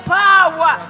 power